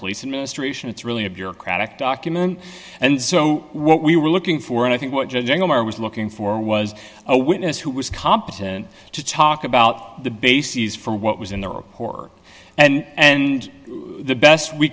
police administration it's really a bureaucratic document and so what we were looking for and i think what omar was looking for was a witness who was competent to talk about the bases for what was in the report and the best we